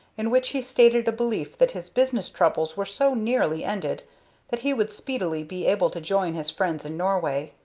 in which he stated a belief that his business troubles were so nearly ended that he would speedily be able to join his friends in norway.